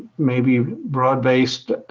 maybe broad based